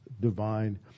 divine